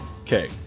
okay